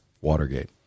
Watergate